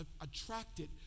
attracted